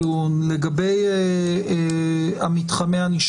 יהיו שיקולים שבית המשפט יתייחס אליהם ולצאת מהעונש